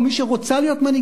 או מי שרוצה להיות מנהיגה,